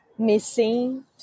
Missing